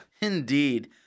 Indeed